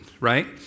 right